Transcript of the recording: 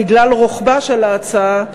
בגלל רוחבה של ההצעה,